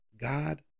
God